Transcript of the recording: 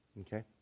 Okay